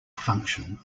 function